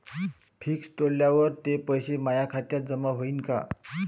Fix तोडल्यावर ते पैसे माया खात्यात जमा होईनं का?